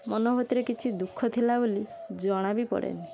ମନ ଭିତରେ କିଛି ଦୁଃଖ ଥିଲା ବୋଲି ଜଣା ବି ପଡ଼େନି